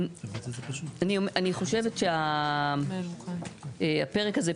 אני חושבת שהפרק הזה,